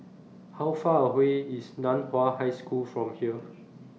How Far away IS NAN Hua High School from here